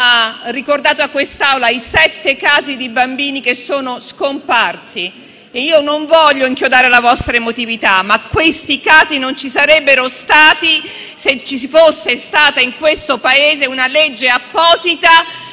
ricordato a quest'Aula i sette casi di bambini che sono scomparsi. Non voglio inchiodare la vostra emotività, ma questi casi non ci sarebbero stati se ci si fosse stata in questo Paese una legge apposita